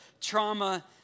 trauma